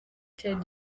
cyari